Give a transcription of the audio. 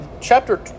chapter